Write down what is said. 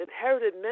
inherited